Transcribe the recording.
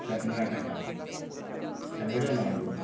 Karnataka Tamil Nadu